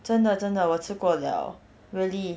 真的真的我吃过 liao really